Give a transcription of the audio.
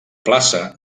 plaça